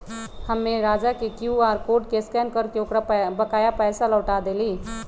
हम्मे राजा के Q R code के स्कैन करके ओकर बकाया पैसा लौटा देली